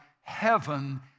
heaven